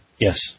Yes